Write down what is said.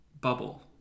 bubble